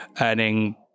earning